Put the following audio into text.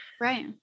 Right